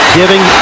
giving